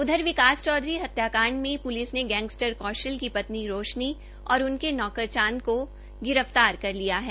उधर विकास चौधरी हत्याकांड मे पुलिस ने गैंगस्टर कौशल की पत्नी रोशनी और उनके नौकर चांद को गिरफ्तार कर लिया है